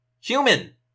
Human